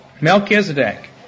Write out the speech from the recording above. Melchizedek